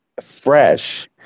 fresh